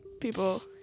people